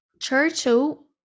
churchill